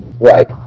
Right